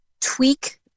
tweak